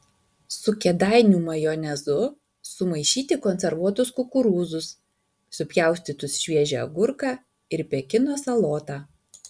su kėdainių majonezu sumaišyti konservuotus kukurūzus supjaustytus šviežią agurką ir pekino salotą